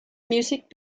music